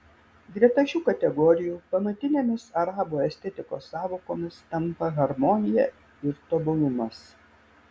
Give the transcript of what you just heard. greta šių kategorijų pamatinėmis arabų estetikos sąvokomis tampa harmonija ir tobulumas